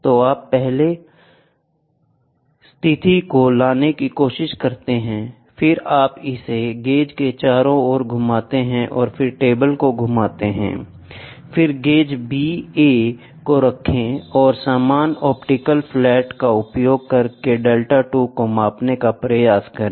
तो आप पहली स्थिति को लाने की कोशिश करते हैं फिर आप इसे गेज के चारों ओर घुमाते हैं और फिर टेबल को घुमाते हैं फिर गेज B A को रखें और समान ऑप्टिकल फ्लैट का उपयोग करके δ2 को मापने का प्रयास करें